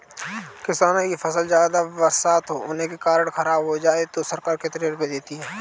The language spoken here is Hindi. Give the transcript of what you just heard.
किसानों की फसल ज्यादा बरसात होने के कारण खराब हो जाए तो सरकार कितने रुपये देती है?